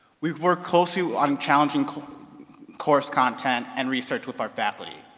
we've worked closely on challenging course course content and research with our faculty.